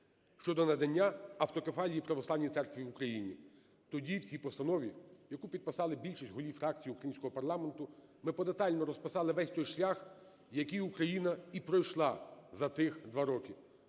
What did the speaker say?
щодо надання автокефалії Православній Церкві в Україні. Тоді в цій постанові, яку підписали більшість голів фракцій українського парламенту, ми подетально розписали весь той шлях, який Україна і пройшла за тих 2 роки.